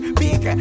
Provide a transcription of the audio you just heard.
big